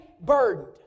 burdened